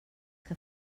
que